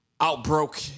outbroke